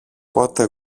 πότε